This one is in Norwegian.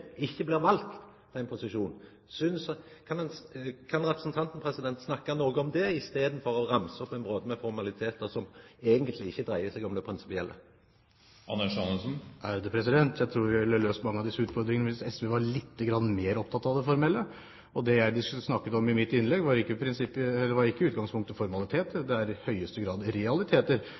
blir valt til ein posisjon? Kan representanten snakka noko om det i staden for å ramsa opp ein brote med formalitetar som eigentleg ikkje dreier seg om det prinsipielle? Jeg tror vi ville ha løst mange av disse utfordringene hvis SV var lite grann mer opptatt av det formelle. Det jeg snakket om i mitt innlegg, var ikke i utgangspunktet formaliteter, det er i høyeste grad realiteter